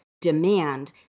demand